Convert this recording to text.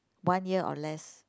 one year or less